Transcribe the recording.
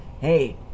Hey